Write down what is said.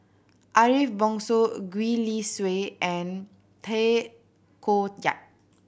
Ariff Bongso Gwee Li Sui and Tay Koh Yat